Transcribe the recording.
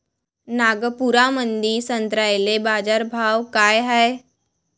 नागपुरामंदी संत्र्याले बाजारभाव काय हाय?